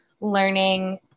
learning